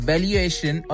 Valuation